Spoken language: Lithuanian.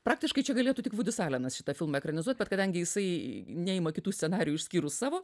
praktiškai čia galėtų tik vudis alenas šitą filmą ekranizuot bet kadangi jisai neima kitų scenarijų išskyrus savo